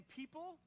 people